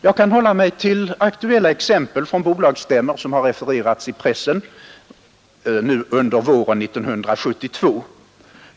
Jag kan hålla mig till aktuella exempel från bolagsstämmor, vilka har refererats i pressen under våren 1972.